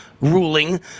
Ruling